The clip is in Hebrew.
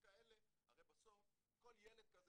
הרי בסוף כל ילד כזה